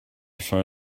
side